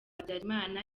habyarimana